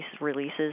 releases